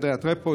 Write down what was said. חדרי הטרפו,